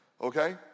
Okay